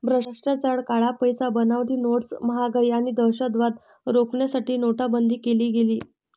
भ्रष्टाचार, काळा पैसा, बनावटी नोट्स, महागाई आणि दहशतवाद रोखण्यासाठी नोटाबंदी केली गेली